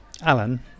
Alan